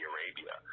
Arabia